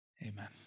Amen